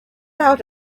out